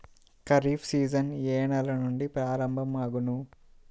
Kharif season ఏ నెల నుండి ప్రారంభం అగును?